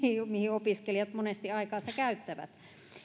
opiskelijat monesti aikaansa käyttävät